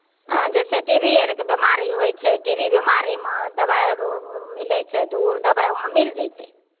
हॅं जैसे T B आर के बिमाड़ी होइ छै टी बी बिमाड़ीमे दबाई अरो मिलै छै तऽ ओ दबाई वहाॅं मिल जइतै